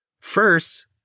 First